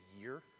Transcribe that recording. year